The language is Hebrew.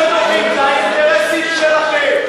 אינטרסים שלכם,